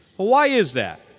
why is that?